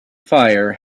fire